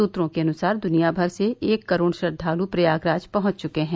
सूत्रों के अनुसार दुनिया भर से एक करोड़ श्रद्वाल प्रयागराज पहंच चुके हैं